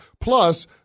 Plus